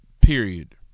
Period